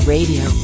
Radio